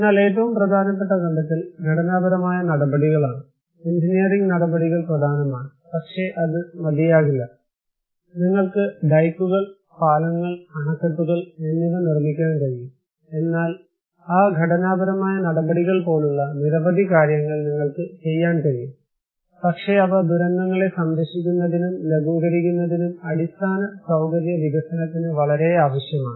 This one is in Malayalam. എന്നാൽ ഏറ്റവും പ്രധാനപ്പെട്ട കണ്ടെത്തൽ ഘടനാപരമായ നടപടികളാണ് എഞ്ചിനീയറിംഗ് നടപടികൾ പ്രധാനമാണ് പക്ഷേ അത് മതിയാകില്ല നിങ്ങൾക്ക് ഡൈക്കുകൾ പാലങ്ങൾ അണക്കെട്ടുകൾ എന്നിവ നിർമ്മിക്കാൻ കഴിയും എന്നാൽ ആ ഘടനാപരമായ നടപടികൾ പോലുള്ള നിരവധി കാര്യങ്ങൾ നിങ്ങൾക്ക് ചെയ്യാൻ കഴിയും പക്ഷേ അവ ദുരന്തങ്ങളെ സംരക്ഷിക്കുന്നതിനും ലഘൂകരിക്കുന്നതിനും അടിസ്ഥാന സൌകര്യ വികസനത്തിന് വളരെ ആവശ്യമാണ്